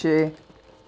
छे